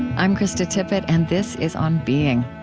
i'm krista tippett, and this is on being.